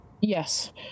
yes